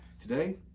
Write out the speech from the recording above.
Today